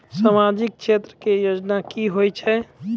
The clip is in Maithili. समाजिक क्षेत्र के योजना की होय छै?